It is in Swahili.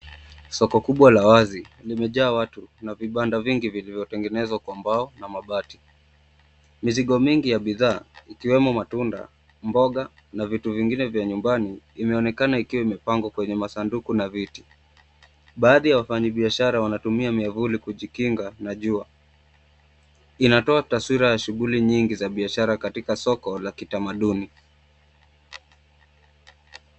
Soko kubwa la wazi lime jaa watu na vibanda vingi vilio tengenezwa kwa mbao na mabati. Mizigo mingi za bidhaa ikiwemo matunda, mboga na vitu vingine vya nyumbani ina onekana kuwa ime pangwa kwenye masunduku na viti baadhi ya wafanyiji biashara wanatumia miavuli kujikinga na jua ina toa nyingi za biashara katika soko la kitamaduni.